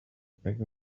beg